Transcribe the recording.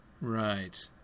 Right